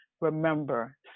Remember